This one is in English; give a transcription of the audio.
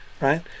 right